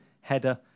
header